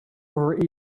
over